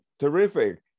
terrific